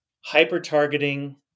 hyper-targeting